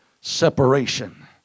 separation